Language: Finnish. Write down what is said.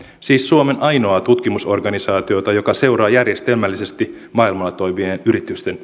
siis suomen ainoaa tutkimusorganisaatiota joka seuraa järjestelmällisesti maailmalla toimivien yritysten